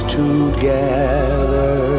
together